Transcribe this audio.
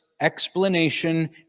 explanation